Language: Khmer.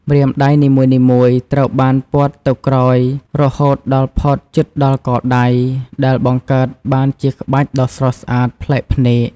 ម្រាមដៃនីមួយៗត្រូវបានពត់ទៅក្រោយរហូតដល់ផុតជិតដល់កដៃ ដែលបង្កើតបានជាក្បាច់ដ៏ស្រស់ស្អាតប្លែកភ្នែក។